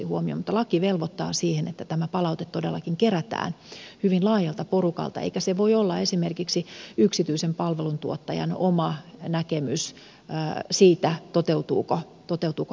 mutta laki velvoittaa siihen että tämä palaute todellakin kerätään hyvin laajalta porukalta eikä se voi olla esimerkiksi yksityisen palveluntuottajan oma näkemys siitä toteutuuko laatu vai ei